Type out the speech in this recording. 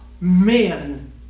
men